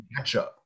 matchup